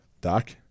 Doc